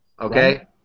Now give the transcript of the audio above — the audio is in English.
Okay